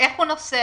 איך הוא נוסע?